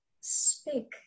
speak